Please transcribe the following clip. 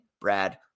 Brad